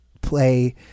play